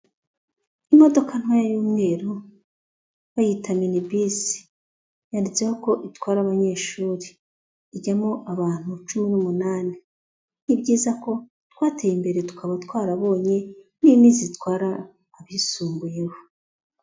Imodoka ntoya y'umweru bayita mini bisi, yanditseho ko itwara abanyeshuri, ijyamo abantu cumi n'umunani. Ni byiza ko twateye imbere tukaba twarabonye nini zitwara abisumbuyeho.